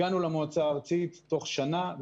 הגענו למועצה הארצית תוך שנה,